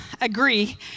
agree